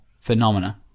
phenomena